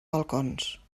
balcons